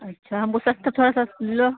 اچھا ہم کو سستا تھوڑا سا لو